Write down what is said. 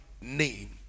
name